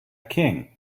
king